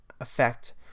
effect